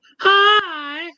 Hi